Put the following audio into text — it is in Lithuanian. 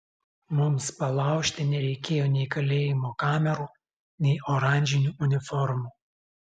mums palaužti nereikėjo nei kalėjimo kamerų nei oranžinių uniformų